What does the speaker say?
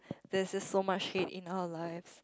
there's so much hate in our life